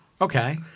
Okay